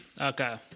okay